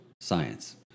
science